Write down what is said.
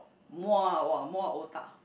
Muar !wah! more otah